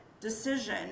decision